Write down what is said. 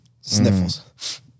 sniffles